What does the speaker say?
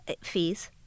Fees